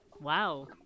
Wow